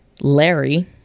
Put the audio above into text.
Larry